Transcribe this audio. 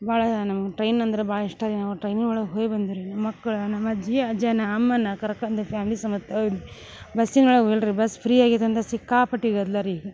ಭಾಳ ನಮ್ಗ ಟ್ರೈನ್ ಅಂದ್ರ ಭಾಳ ಇಷ್ಟ ರೀ ನಾವು ಟ್ರೈನಿನೊಳಗ ಹೋಯ್ ಬಂದ್ರೀ ನಮ್ಮ ಮಕ್ಕಳ ನಮ್ಮ ಅಜ್ಜಿ ಅಜ್ಜನ ಅಮ್ಮನ ಕರ್ಕಂದು ಫ್ಯಾಮ್ಲಿ ಸಮೇತ ಬಸ್ಸಿನೊಳಗ ಹೋಗಲ್ರಿ ಬಸ್ ಫ್ರೀ ಆಗ್ಯೈತ ಅಂತ ಸಿಕ್ಕಾಪಟ್ಟಿ ಗದ್ದಲ ರೀ